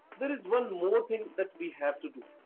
there is one more thing that we have to do.